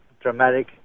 dramatic